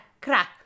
crack